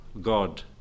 God